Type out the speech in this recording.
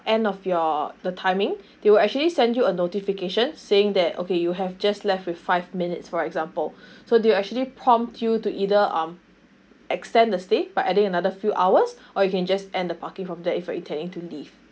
end of your the timing they will actually send you a notification saying that okay you have just left with five minutes for example so they will actually prompt you to either um extend the stay by adding another few hours or you can just end the parking from there if you are intending to leave